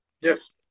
Yes